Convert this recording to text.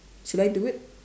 should I do it